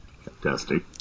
Fantastic